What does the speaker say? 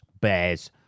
bears